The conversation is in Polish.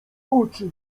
oczy